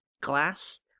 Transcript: glass